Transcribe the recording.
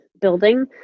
building